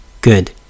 good